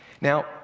Now